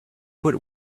put